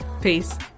peace